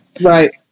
Right